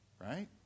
right